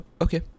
Okay